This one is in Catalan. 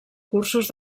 cursos